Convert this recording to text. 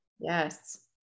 yes